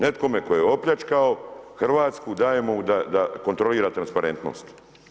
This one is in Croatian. Nekome tko je opljačkao Hrvatsku dajemo da kontrolira transparentnost.